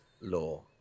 Law